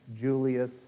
Julius